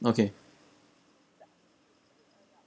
okay